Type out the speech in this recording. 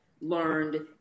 learned